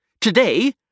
today